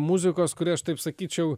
muzikos kuri aš taip sakyčiau